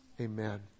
amen